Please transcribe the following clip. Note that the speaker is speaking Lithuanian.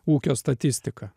ūkio statistika